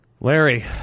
Larry